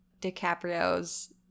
DiCaprio's